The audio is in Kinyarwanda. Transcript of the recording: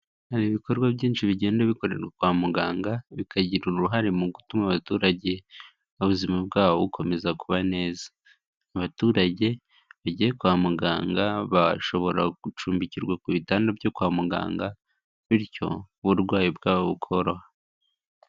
Hari ibikorwa byinshi bigenda bikorerwa kwa muganga, bikagira uruhare mu gutuma abaturage ubuzima bwabo bukomeza kuba neza, abaturage bagiye kwa muganga bashobora gucumbikirwa ku bitanda byo kwa muganga bityo uburwayi bwabo bukoroha.